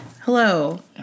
Hello